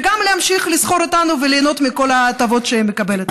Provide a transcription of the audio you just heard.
וגם להמשיך לסחור איתנו וליהנות מכל ההטבות שהיא מקבלת.